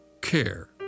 Care